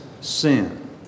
sin